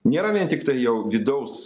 nėra vien tiktai jau vidaus